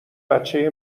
بچه